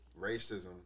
racism